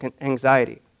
anxiety